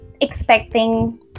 expecting